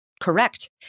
correct